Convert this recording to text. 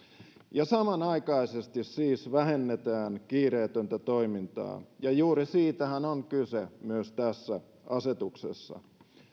samanaikaisesti siis vähennetään kiireetöntä toimintaa ja juuri siitähän on kyse myös tässä asetuksessa